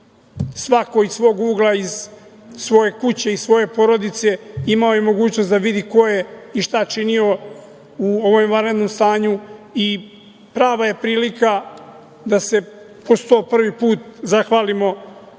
svako iz svog ugla iz svoje kuće, iz svoje porodice imao je mogućnost da vidi ko je i šta činio u ovom vanrednom stanju. Prava je prilika da se po sto prvi put zahvalimo